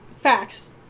Facts